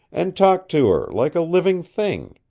and talk to her, like a living thing.